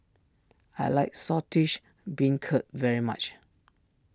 I like Saltish Beancurd very much